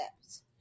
steps